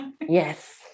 Yes